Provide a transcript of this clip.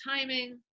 timing